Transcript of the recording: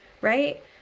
right